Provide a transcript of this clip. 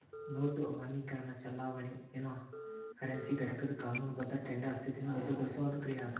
note ಅಮಾನ್ಯೇಕರಣ ಚಲಾವಣಿ ಇರೊ ಕರೆನ್ಸಿ ಘಟಕದ್ ಕಾನೂನುಬದ್ಧ ಟೆಂಡರ್ ಸ್ಥಿತಿನ ರದ್ದುಗೊಳಿಸೊ ಒಂದ್ ಕ್ರಿಯಾ ಅದ